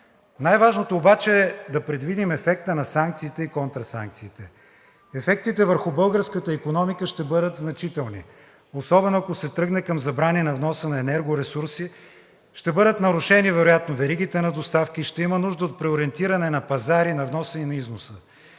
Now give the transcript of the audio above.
Най-важното обаче е да предвидим ефекта на санкциите и контрасанкциите. Ефектите върху българската икономика ще бъдат значителни, особено ако се тръгне към забрани на вноса на енергоресурси, ще бъдат нарушени веригите на доставки, ще има нужда от преориентиране на пазари, на вноса и на износа.